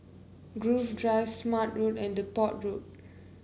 Grove Drive Smart Road and Depot Road